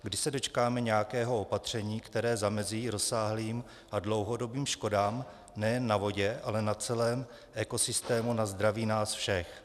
Kdy se dočkáme nějakého opatření, které zamezí rozsáhlým a dlouhodobým škodám nejen na vodě, ale na celém ekosystému, na zdraví nás všech?